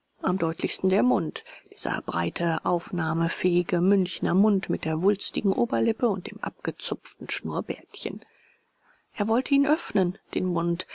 am deutlichsten der mund dieser breite aufnahmefähige münchner mund mit der wulstigen oberlippe und dem abgezupften schnurrbärtchen er wollte ihn öffnen den mund